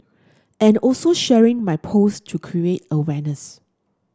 and also sharing my post to create awareness